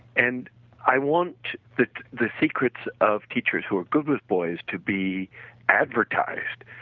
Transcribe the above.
and i want the the secrets of teachers who are good with boys to be advertised,